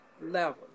level